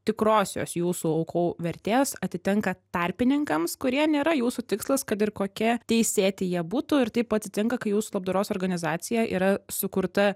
tikrosios jūsų aukų vertės atitenka tarpininkams kurie nėra jūsų tikslas kad ir kokie teisėti jie būtų ir taip atsitinka kai jūsų labdaros organizacija yra sukurta